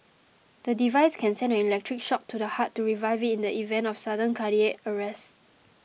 the device can send an electric shock to the heart to revive it in the event of sudden cardiac arrest